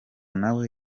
nawe